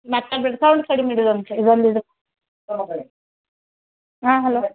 ಮತ್ತು ಬಿಡ್ ಸೌಂಡ್ ಕಡಿಮೆ ಇಡೊದೊಂದು ಇದೊಂದು ಇಡು ಹಾಂ ಹಲೋ